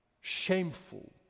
shameful